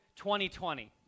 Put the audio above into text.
2020